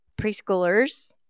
preschoolers